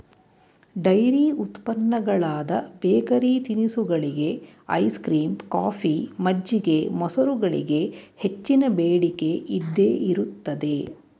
dairy ಉತ್ಪನ್ನಗಳಾದ bakery ತಿನಿಸುಗಳಿಗೆ, ice cream, coffee, ಮಜ್ಜಿಗೆ, ಮೊಸರುಗಳಿಗೆ ಹೆಚ್ಚಿನ ಬೇಡಿಕೆ ಇದ್ದೇ ಇರುತ್ತದೆ